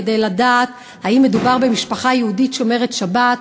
כדי לדעת אם מדובר במשפחה יהודית שומרת שבת,